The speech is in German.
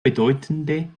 bedeutende